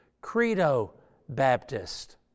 credo-baptist